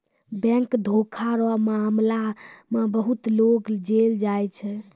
bank धोखा रो मामला मे बहुते लोग जेल जाय छै